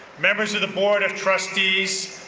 members of the board of trustees,